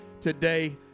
today